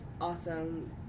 awesome